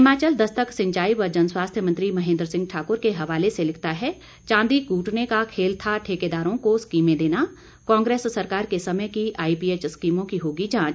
हिमाचल दस्तक सिंचाई व जनस्वास्थ्य मंत्री महेंद्र सिंह ठाकुर के हवाले से लिखता है चांदी कूटने का खेल था ठेकेदारों को स्कीमें देना कांग्रेस सरकार के समय की आईपीएच स्कीमों की होगी जांच